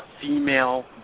female